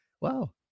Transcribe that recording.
Wow